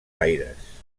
aires